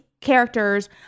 characters